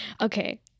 Okay